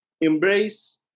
embrace